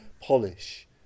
polish